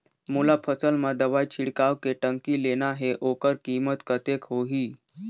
मोला फसल मां दवाई छिड़काव के टंकी लेना हे ओकर कीमत कतेक होही?